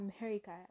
America